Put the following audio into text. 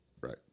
right